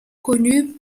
connue